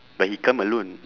but he come alone